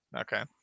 Okay